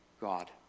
God